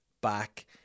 back